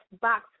box